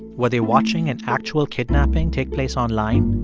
were they watching an actual kidnapping take place online?